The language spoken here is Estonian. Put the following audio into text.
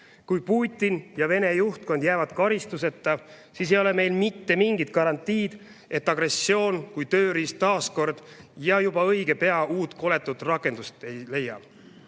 Kui Putin ja Venemaa juhtkond jäävad karistuseta, siis ei ole meil mingit garantiid, et agressioon kui tööriist taas ja juba õige pea uut koletut rakendust ei leia.